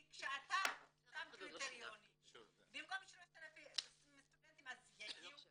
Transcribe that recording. כי כשאתה שם קריטריונים במקום 3,000 סטודנטים יגיעו